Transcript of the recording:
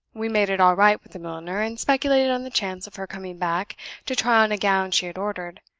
we made it all right with the milliner, and speculated on the chance of her coming back to try on a gown she had ordered.